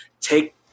take